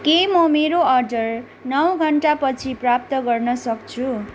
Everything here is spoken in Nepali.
के म मेरो अर्डर नौ घन्टा पछि प्राप्त गर्न सक्छु